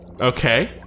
Okay